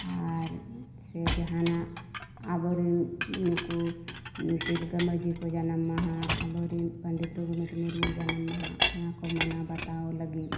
ᱟᱨ ᱥᱮ ᱡᱟᱦᱟᱱᱟᱜ ᱟᱵᱚ ᱨᱮᱱ ᱱᱩᱠᱩ ᱛᱤᱞᱠᱟᱹ ᱢᱟᱹᱡᱷᱤ ᱠᱚ ᱡᱟᱱᱟᱢ ᱢᱟᱦᱟ ᱟᱵᱚ ᱨᱮᱱ ᱯᱚᱱᱰᱤᱛ ᱨᱟᱹᱜᱷᱩᱱᱟᱛᱷ ᱢᱩᱨᱢᱩ ᱡᱟᱱᱟᱢ ᱢᱟᱦᱟ ᱚᱱᱟ ᱠᱚ ᱢᱟᱱᱟᱣ ᱵᱟᱛᱟᱣ ᱞᱟᱹᱜᱤᱫ